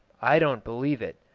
i don't believe it.